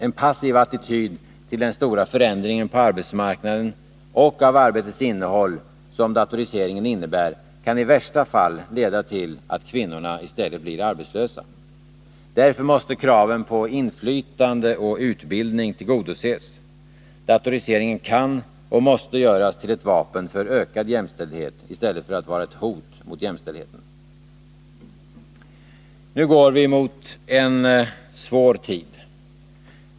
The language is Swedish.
En passiv attityd till den stora förändringen av arbetsmarknaden och av arbetets innehåll som datoriseringen innebär kan i värsta fall leda till att kvinnorna i stället blir arbetslösa. Därför måste kraven på inflytande och utbildning tillgodoses. Datoriseringen kan och måste göras till ett vapen för ökad jämställdhet i stället för att vara ett hot mot jämställdheten. Nu går vi mot en svår tid.